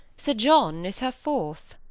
sir john is her fourth!